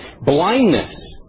Blindness